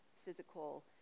physical